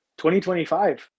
2025